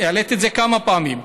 העליתי את זה כמה פעמים.